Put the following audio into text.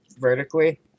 vertically